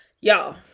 y'all